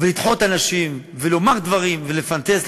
ולדחות אנשים ולומר דברים ולפנטז,